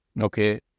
Okay